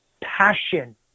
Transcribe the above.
passion